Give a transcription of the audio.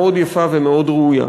מאוד יפה ומאוד ראויה.